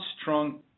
strong